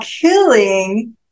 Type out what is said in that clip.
killing